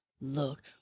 look